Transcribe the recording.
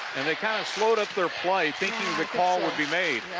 and they kind of slowed up their play thinking the call would be made.